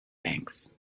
banks